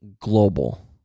Global